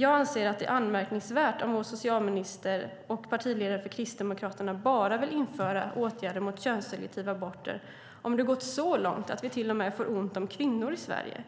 Jag anser att det är anmärkningsvärt om vår socialminister och partiledare för Kristdemokraterna bara vill införa åtgärder mot könsselektiva aborter om det gått så långt att vi till och med får ont om kvinnor i Sverige.